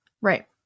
Right